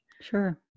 Sure